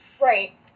Right